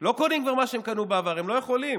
לא קונים כבר מה שהם קנו בעבר, הם לא יכולים.